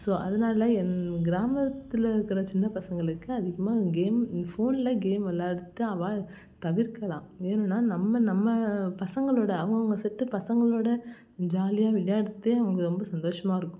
so அதனால எங்கள் கிராமத்தில் இருக்கிற சின்ன பசங்களுக்கு அதிகமாக கேம் இந்த ஃபோனில் கேம் வெளாடறது அவா தவிர்க்கலாம் வேணுன்னால் நம்ம நம்ம பசங்களோடு அவுங்கவங்க செட்டு பசங்களோடு ஜாலியாக விளையாடுறதே அவர்களுக்கு ரொம்ப சந்தோஷமாக இருக்கும்